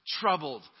troubled